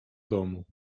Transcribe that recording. domu